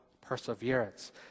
perseverance